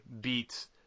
beats